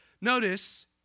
notice